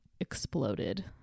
exploded